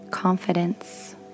Confidence